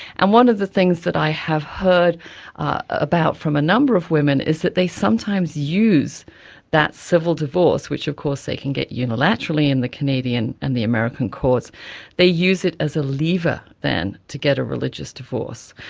and one of the things that i have heard about from a number of women is that they sometimes use that civil divorce which of course they can get unilaterally in the canadian and the american courts they use it as a lever then to get a religious divorce.